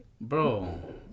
Bro